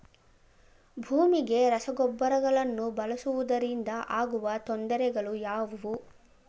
ಭೂಮಿಗೆ ರಸಗೊಬ್ಬರಗಳನ್ನು ಬಳಸುವುದರಿಂದ ಆಗುವ ತೊಂದರೆಗಳು ಯಾವುವು?